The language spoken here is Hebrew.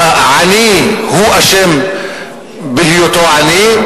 שהעני הוא אשם בהיותו עני,